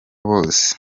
bose